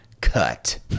cut